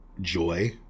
joy